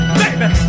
baby